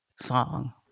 song